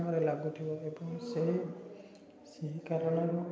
କାମରେ ଲାଗୁଥିବ ଏବଂ ସେହି ସେହି କାରଣରୁ